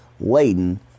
laden